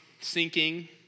sinking